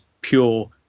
pure